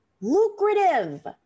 Lucrative